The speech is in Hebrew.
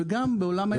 וגם בעולם.